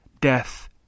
death